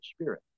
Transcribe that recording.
Spirit